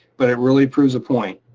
but it really proves a point.